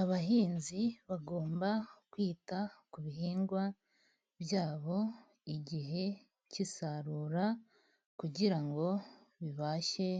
Abahinzi bagomba kwita ku bihingwa byabo igihe cy'isarura, kugira ngo bibashe